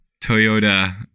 Toyota